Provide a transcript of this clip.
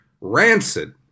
rancid